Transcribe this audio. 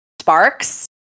Sparks